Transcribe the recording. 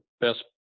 best